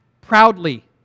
proudly